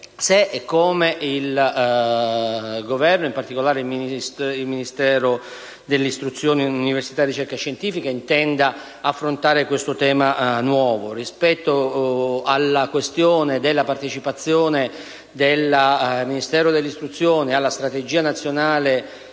se e come il Governo, in particolare il Ministero dell'istruzione, dell'università e della ricerca scientifica, intenda affrontarlo. Rispetto alla questione della partecipazione del Ministero dell'istruzione alla strategia nazionale